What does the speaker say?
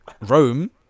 Rome